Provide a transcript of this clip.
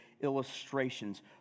illustrations